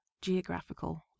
geographical